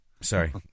Sorry